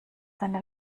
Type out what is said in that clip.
eine